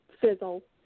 fizzle